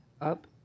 up